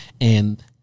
and-